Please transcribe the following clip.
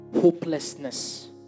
hopelessness